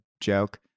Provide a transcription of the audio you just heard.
joke